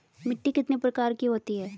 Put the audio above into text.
मिट्टी कितने प्रकार की होती हैं?